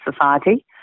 society